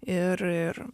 ir ir